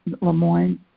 LeMoyne